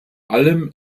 allem